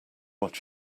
what